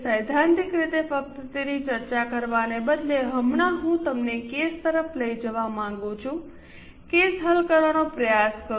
સૈદ્ધાંતિક રીતે ફક્ત તેની ચર્ચા કરવાને બદલે હમણાં હું તમને કેસ તરફ લઈ જવા માંગું છું કેસ હલ કરવાનો પ્રયાસ કરો